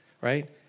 right